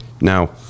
Now